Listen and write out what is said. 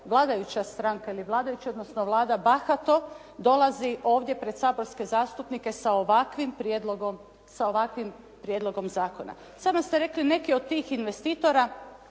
vladajuća, odnosno Vlada bahato dolazi ovdje pred saborske zastupnike sa ovakvim prijedlogom zakona. Samo ste rekli neki od tih investitora